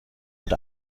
und